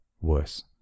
worse